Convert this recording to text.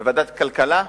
בוועדת כלכלה?